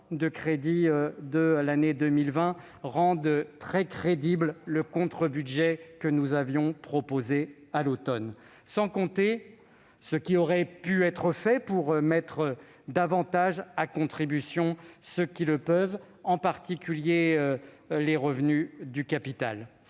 reports de l'année 2020 rendent très crédible le contre-budget que nous avions proposé à l'automne. Et je ne parle pas de ce qui aurait pu être fait pour mettre davantage à contribution ceux qui le peuvent, en particulier les bénéficiaires